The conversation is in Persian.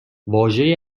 واژه